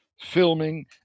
filming